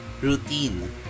routine